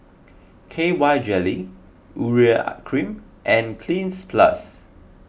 K Y jelly Urea Cream and Cleanz Plus